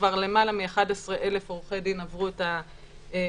כבר יותר מ-11,000 עורכי דין עברו את ההכשרה,